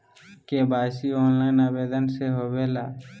KYC online आवेदन से होवे ला?